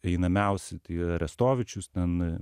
einamiausi tai arestovičius ten